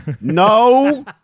no